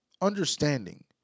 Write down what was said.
understanding